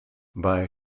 bei